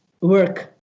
work